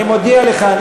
אני מודיע לך,